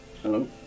Hello